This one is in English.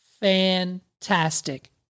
fantastic